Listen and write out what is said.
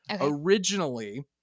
originally